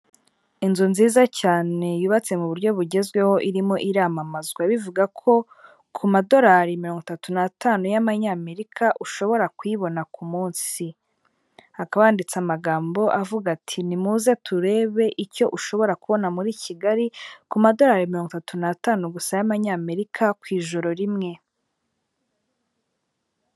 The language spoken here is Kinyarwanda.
Inzu nziza cyane yubatse mu buryo bugezweho irimo iramamazwa bivuga ko ku madolari mirongo itatu n'atanu y'ayamerika ushobora kuyibona ku munsi, hakaba handitse amagambo avuga ati:"nimuze turebe icyo ushobora kubona muri kigali ku madorari mirongo itatu n'atanu gusa y'abanyamerika ku ijoro rimwe".